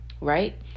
right